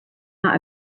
not